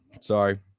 Sorry